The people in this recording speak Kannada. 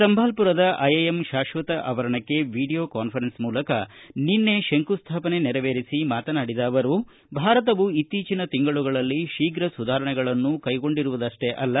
ಸಂಬಾಲ್ಪುರದ ಐಐಎಂ ಶಾಶ್ವತ ಆವರಣಕ್ಕೆ ವಿಡಿಯೋ ಕಾನ್ಫರೆನ್ಸ್ ಮೂಲಕ ಶಂಕುಸ್ವಾಪನೆ ನೆರವೇರಿಸಿ ಮಾತನಾಡಿದ ಅವರು ಭಾರತವು ಇತ್ತೀಚಿನ ತಿಂಗಳುಗಳಲ್ಲಿ ಶೀಘ ಸುಧಾರಣೆಗಳನ್ನು ಕೈಗೊಂಡಿರುವುದಷ್ಟೇ ಅಲ್ಲ